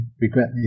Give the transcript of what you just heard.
regret